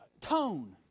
tone